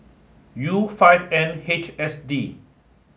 U five N H S D